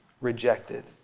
rejected